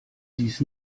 dies